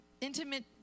intimate